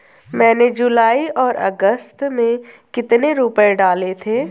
मैंने जुलाई और अगस्त में कितने रुपये डाले थे?